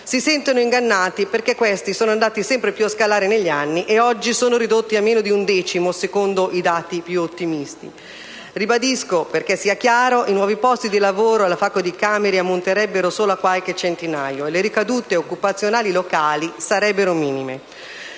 si sentono ingannati, perché questi sono andati sempre più a scalare negli anni e oggi sono ridotti a meno di un decimo (secondo i dati più ottimistici). Ribadisco, perché sia chiaro: i nuovi posti di lavoro alla FACO di Cameri ammonterebbero solo a qualche centinaio, e le ricadute occupazionali locali sarebbero minime.